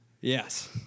Yes